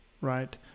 right